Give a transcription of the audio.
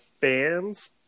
fans